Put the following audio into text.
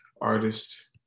artist